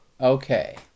Okay